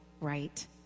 right